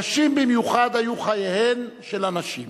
קשים במיוחד היו חייהן של הנשים.